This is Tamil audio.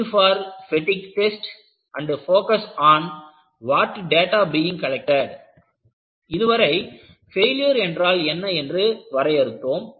need for better test and focus on what data being collected இதுவரை பெயிலுர் என்றால் என்ன என்று வரையறுத்தோம்